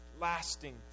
lasting